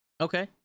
Okay